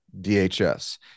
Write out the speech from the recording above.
DHS